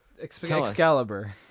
Excalibur